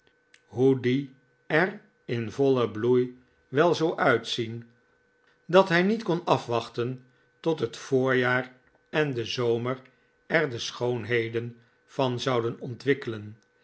die er in vollen bloei wel zou uitzien dat hij niet kon afwachten tot het voorjaar en de zomer er de schoonheden van zouden ontwikkelen